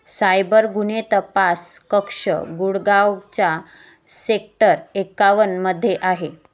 cyber गुन्हे तपास कक्ष गुडगावच्या सेक्टर एकावन्नमध्ये आहे